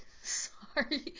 sorry